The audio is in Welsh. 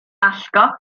allgo